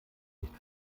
nicht